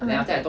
(uh huh)